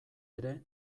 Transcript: ere